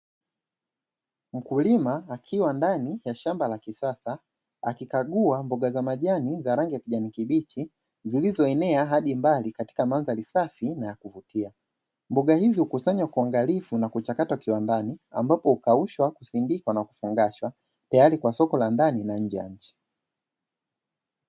Mkulima akiwa ndani ya shamba la kisasa, akikagua mboga za majani, za rangi ya kijani kibichi zilizoenea hadi mbali katika mandhari safi na ya kuvutia. Mboga hizi hukusanywa kwa uangalifu na kuchakwatwa kiwandani, ambapo hukaushwa na kusindikwa na kufungashwa tayari kwa soko la ndani na nje ya nchi.